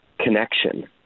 connection